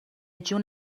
جون